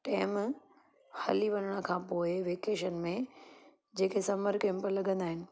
time हली वञण खां पोइ वेकेशन में जेके समर कैम्प लॻंदा आहिनि